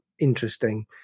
interesting